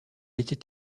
était